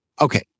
Okay